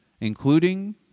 including